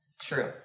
True